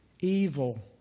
evil